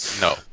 no